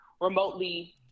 remotely